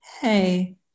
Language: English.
hey